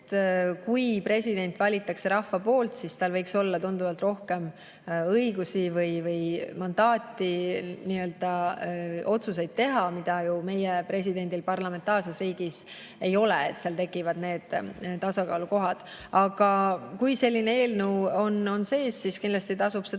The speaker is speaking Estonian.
Kui president valitakse rahva poolt, siis tal võiks olla tunduvalt rohkem õigusi või mandaati otsuseid teha, mida meie presidendil parlamentaarses riigis ei ole. Seal tekivad need tasakaalukohad. Aga kui selline eelnõu on sees, siis kindlasti tasub seda arutada. Meie